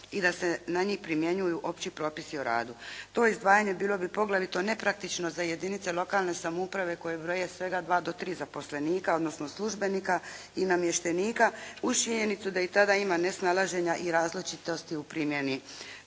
i da se na njih primjenjuju opći propisi o radu. To izdvajanje bilo bi poglavito nepraktično za jedinice lokalne samouprave koje broje svega dva do tri zaposlenika, odnosno službenika i namještenika uz činjenicu da i tada ima nesnalaženja i različitosti u primjeni